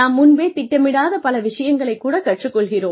நாம் முன்பே திட்டமிடாத பல விஷயங்களைக் கூட கற்றுக் கொள்கிறோம்